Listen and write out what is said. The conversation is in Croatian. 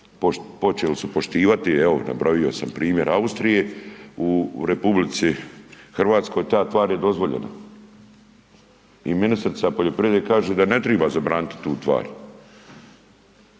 počeli su poštivati, evo nabrojao sam primjer Austrije. U RH ta tvar je dozvoljena i ministrica poljoprivrede kaže da ne triba zabraniti tu tvar.